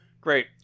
Great